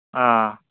ꯑ